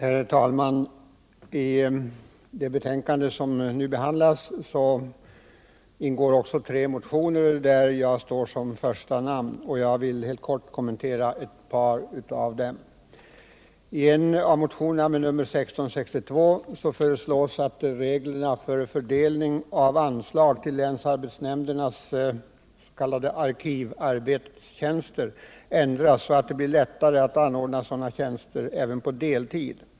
Herr talman! I föreliggande betänkande behandlas bl.a. tre motioner, där jag står såsom första namn. Jag vill helt kort kommentera ett par av dem. I motionen 1662 föreslås att reglerna för fördelning av anslag till länsarbetsnämndernas arkivarbetstjänster ändras så att det blir lättare att anordna sådana tjänster även på deltid.